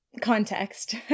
context